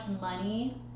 money